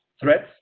threats